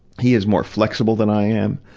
he is more flexible than i am.